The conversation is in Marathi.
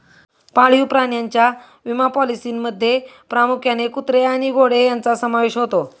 पाळीव प्राण्यांच्या विमा पॉलिसींमध्ये प्रामुख्याने कुत्रे आणि घोडे यांचा समावेश होतो